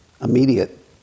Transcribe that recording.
immediate